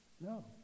No